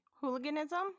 Hooliganism